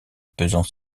pesant